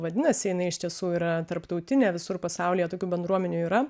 vadinasi jinai iš tiesų yra tarptautinė visur pasaulyje tokių bendruomenių yra